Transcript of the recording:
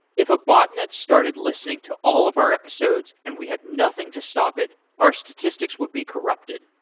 if a botnet started listening to all of our episodes and we had nothing to stop it, our statistics would be corrupted.